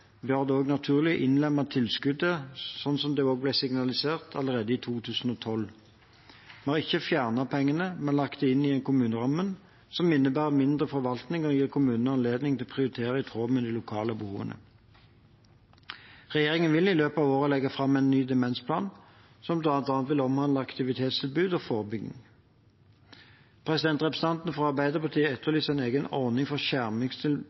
naturlig å innlemme tilskuddet, slik det ble signalisert allerede i 2012. Vi har ikke fjernet pengene, men lagt dem inn i kommunerammen, noe som innebærer mindre forvaltning og gir kommune anledning til å prioritere i tråd med de lokale behovene. Regjeringen vil i løpet av året legge fram en ny demensplan, som bl.a. vil omhandle aktivitetstilbud og forebygging. Representantene fra Arbeiderpartiet etterlyser en egen ordning for